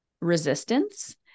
resistance